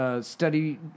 study